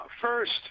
First